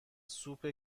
سوپ